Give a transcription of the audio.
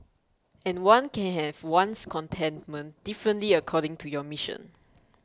and one can have one's contentment differently according to your mission